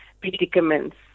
predicaments